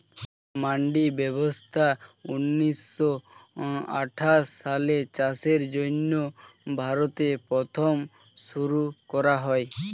মান্ডি ব্যবস্থা ঊন্নিশো আঠাশ সালে চাষের জন্য ভারতে প্রথম শুরু করা হয়